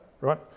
right